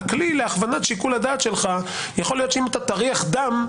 הכלי להכוונת שיקול הדעת שלך - יכול להיות שאם תריח דם,